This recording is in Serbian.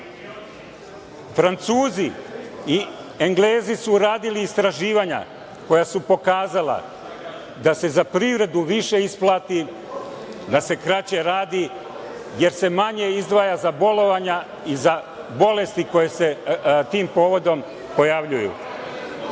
Francuzi i Englezi su uradili istraživanja koja su pokazala da se za privredu više isplati da se kraće radi, jer se manje izdvaja za bolovanja i bolesti koje se tim povodom pojavljuju. Čuveni